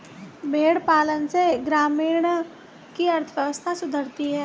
भेंड़ पालन से ग्रामीणों की अर्थव्यवस्था सुधरती है